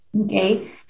okay